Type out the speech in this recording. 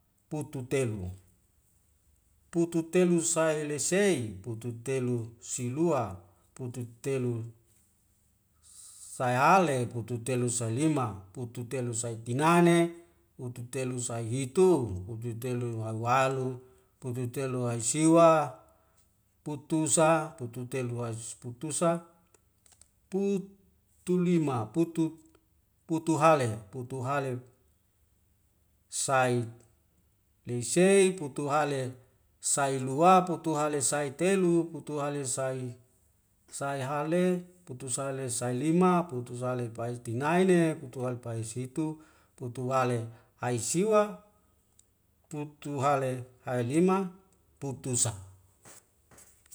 Putu telu, putu telu sai lesei, putu telu si lua, putu telu telu sayale, putu telu salima, putu telu saitinane, putu telu sai hitu, putu telu waiwalu, putu telu waisiwa, putu sa putu telu wais putu sa, putu lima. putut putu hale putu hale saik leiseik putu hale sai lua, putu hale sae telu, putu hale sae hale, putu sale sae lima, putu sale pai tinaene, putu hale pae situ, putu hale hae siwa, putu hale hae lima, putu sa